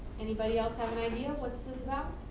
anybody else have an idea what this this and